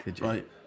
Right